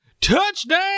touchdown